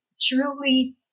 truly